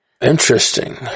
Interesting